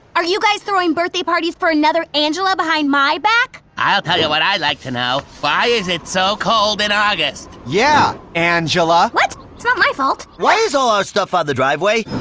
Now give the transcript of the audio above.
are you guys throwing birthday parties for another angela behind my back? i'll tell you what i'd like to know, why is it so cold in august? yeah, angela, what? it's not my fault. why is all our stuff on the driveway?